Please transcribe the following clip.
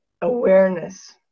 awareness